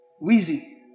Wheezy